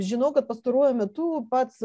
žinau kad pastaruoju metu pats